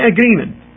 agreement